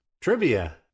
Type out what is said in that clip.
Trivia